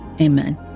Amen